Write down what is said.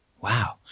Wow